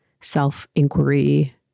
self-inquiry